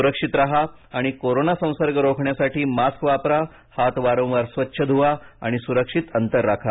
सुरक्षित राहा आणि कोरोना संसर्ग रोखण्यासाठी मारूक वापरा हात वारंवार स्वच्छ ध्वा आणि सु्रक्षित अंतर राखा